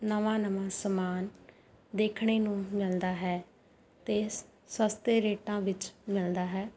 ਨਵਾਂ ਨਵਾਂ ਸਮਾਨ ਦੇਖਣੇ ਨੂੰ ਮਿਲਦਾ ਹੈ ਅਤੇ ਸ ਸਸਤੇ ਰੇਟਾਂ ਵਿੱਚ ਮਿਲਦਾ ਹੈ